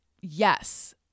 Yes